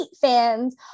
fans